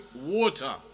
water